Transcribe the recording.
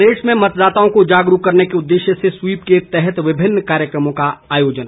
प्रदेश में मतदाताओं को जागरूक करने के उद्देश्य से स्वीप के तहत विभिन्न कार्यक्रमों का आयोजन